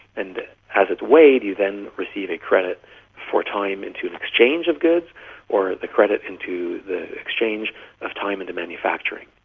and as it's weighed you then receive a credit for time into an exchange of goods or the credit into the exchange of time into manufacturing.